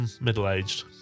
middle-aged